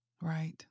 Right